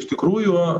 iš tikrųjų